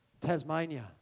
Tasmania